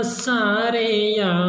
sareya